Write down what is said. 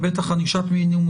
ובטח ענישת מינימום,